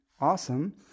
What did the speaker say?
awesome